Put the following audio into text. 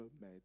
made